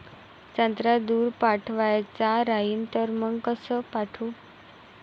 संत्रा दूर पाठवायचा राहिन तर मंग कस पाठवू?